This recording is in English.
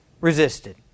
resisted